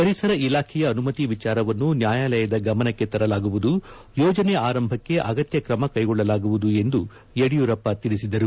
ಪರಿಸರ ಇಲಾಖೆಯ ಅನುಮತಿ ವಿಚಾರವನ್ನು ನ್ಯಾಯಾಲಯದ ಗಮನಕ್ಕೆ ತರಲಾಗುವುದು ಯೋಜನೆ ಆರಂಭಕ್ಕೆ ಅಗತ್ಯ ಕ್ರಮ ಕ್ಟೆಗೊಳ್ಲಲಾಗುವುದು ಎಂದು ಯಡಿಯೂರಪ್ಪ ತಿಳಿಸಿದರು